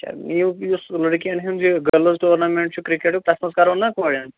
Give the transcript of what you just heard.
اچھا میوٗ یُس لٔڑکِیَن ہُنٛد یہِ گٔرلٕز ٹورنامٮ۪نٛٹ چھُ کِرکَٹُک تَتھ منٛز کَرو نا کورٮ۪ن